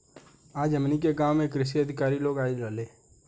आज हमनी के गाँव में कृषि अधिकारी लोग आइल रहले